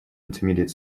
intermediate